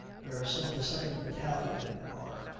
where some of the second battalion are.